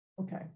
Okay